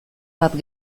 bat